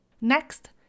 Next